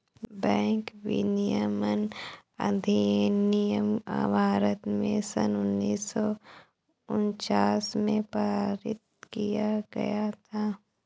bank विनियमन अधिनियम भारत में सन उन्नीस सौ उनचास में पारित किया गया था